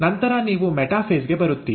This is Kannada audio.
ನಂತರ ನೀವು ಮೆಟಾಫೇಸ್ ಗೆ ಬರುತ್ತೀರಿ